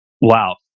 wow